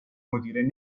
مدیره